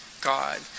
God